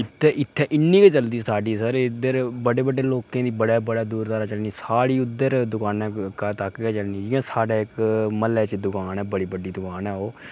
इत्थै इत्थै इन्नी गै चलदी साढ़ी सर इद्धर बड्डे बड्डे लोकें दी बड़े बड़े दूर चलनी साढ़ी उद्धर दकानां तगर गै चलनी जि'यां साढ़े इक म्हल्लै च दकान ऐ बड़ी बड्डी दकान ऐ ओह्